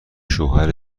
شوهر